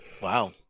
wow